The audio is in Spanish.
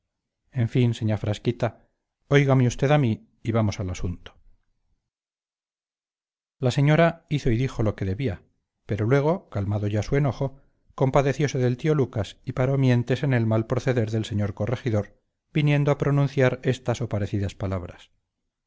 en fin señá frasquita óigame usted a mí y vamos al asunto la señora hizo y dijo lo que debía pero luego calmado ya su enojo compadecióse del tío lucas y paró mientes en el mal proceder del señor corregidor viniendo a pronunciar estas o parecidas palabras